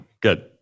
good